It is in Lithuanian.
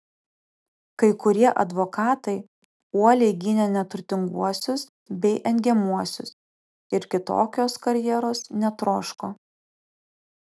kai kurie advokatai uoliai gynė neturtinguosius bei engiamuosius ir kitokios karjeros netroško